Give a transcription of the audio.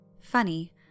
Funny